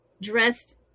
dressed